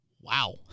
Wow